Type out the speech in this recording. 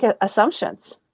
assumptions